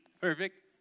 perfect